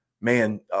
man